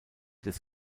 des